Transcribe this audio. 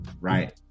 right